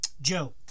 Joe